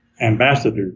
ambassador